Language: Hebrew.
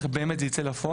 איך באמת זה ייצא לפועל,